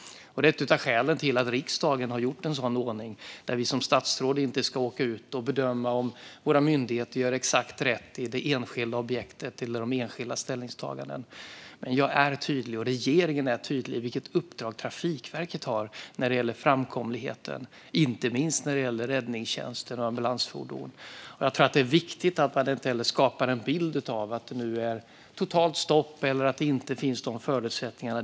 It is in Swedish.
Det är ett av skälen till att riksdagen har bestämt en ordning där vi som statsråd inte ska åka ut och bedöma om våra myndigheter gör exakt rätt i det enskilda objektet eller de enskilda ställningstagandena. Jag är tydlig - och regeringen är tydlig - med vilket uppdrag Trafikverket har när det gäller framkomligheten, inte minst när det gäller räddningstjänsten och ambulansfordon. Jag tror att det är viktigt att man inte skapar en bild av att det nu är totalt stopp eller att det inte finns förutsättningar.